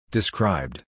Described